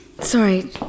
sorry